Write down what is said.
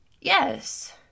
Yes